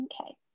Okay